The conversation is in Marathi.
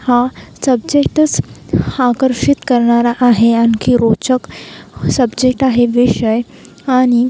हा सब्जेक्टच आकर्षित करणारा आहे आणखी रोचक सब्जेक्ट आहे विषय आणि